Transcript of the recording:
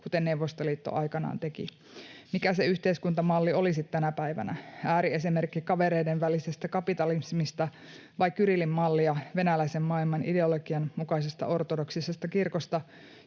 kuten Neuvostoliitto aikanaan teki. Mikä se yhteiskuntamalli olisi tänä päivänä? Ääriesimerkki kavereiden välisestä kapitalismista vai Kirillin malli venäläisen maailman ideologian mukaisesta ortodoksisesta kirkosta,